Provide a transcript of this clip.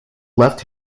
left